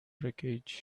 wreckage